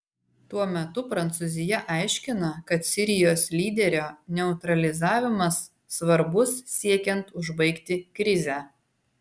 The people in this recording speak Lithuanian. tuo metu prancūzija aiškina kad sirijos lyderio neutralizavimas svarbus siekiant užbaigti krizę